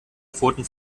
pfoten